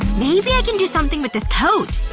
maybe i can do something with this coat